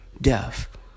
Death